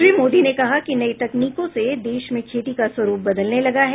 श्री मोदी ने कहा कि नई तकनीकों से देश में खेती का स्वरूप बदलने लगा है